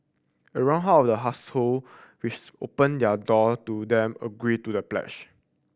around half of the household which opened their door to them agreed to the pledge